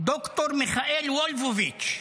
ד"ר מיכאל וולפוביץ.